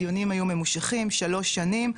הדיונים היו ממושכים שלוש שנים,